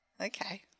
Okay